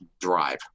drive